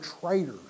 traitors